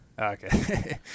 Okay